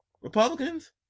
Republicans